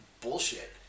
bullshit